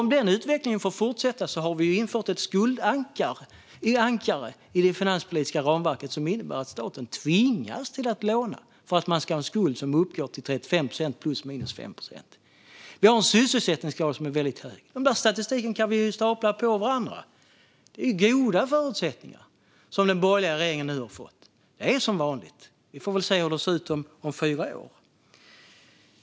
Om denna utveckling får fortsätta har vi infört ett skuldankare i det finanspolitiska ramverket som innebär att staten tvingas låna för att man ska ha en skuld som uppgår till 35 procent plus minus 5 procent. Vi har också en hög sysselsättningsgrad. Vi kan stapla statistiken på varandra, och som vanligt har den borgerliga regeringen fått goda förutsättningar. Vi får väl se hur det ser ut om fyra år.